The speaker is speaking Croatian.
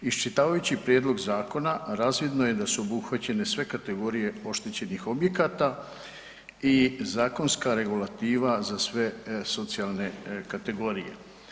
Iščitavajući Prijedlog zakona razvidno je da su obuhvaćene sve kategorije oštećenih objekata i zakonska regulativa za sve socijalne kategorije.